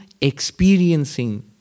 experiencing